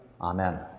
Amen